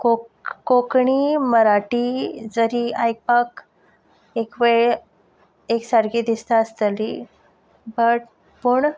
कोंक कोंकणी मराठी जरी आयकपाक एकवेळ एक सारकी दिसता आसतली बट पूण